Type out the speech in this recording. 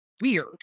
weird